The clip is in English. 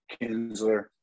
Kinsler